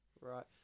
Right